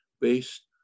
based